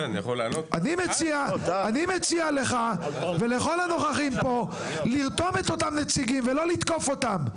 אני מציע לך ולכל הנוכחים פה לרתום את אותם נציגים ולא לתקוף אותם.